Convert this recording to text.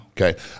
okay